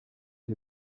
est